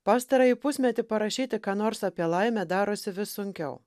pastarąjį pusmetį parašyti ką nors apie laimę darosi vis sunkiau